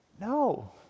No